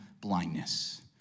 blindness